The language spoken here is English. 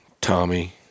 Tommy